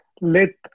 let